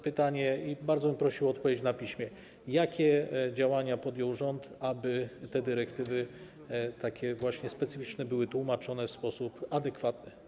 Pytanie brzmi, bardzo bym prosił o odpowiedź na piśmie: Jakie działania podjął rząd, aby te dyrektywy, takie specyficzne, były tłumaczone w sposób adekwatny?